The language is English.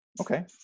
Okay